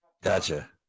Gotcha